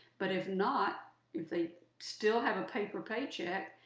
but if not, if they still have a paper paycheck,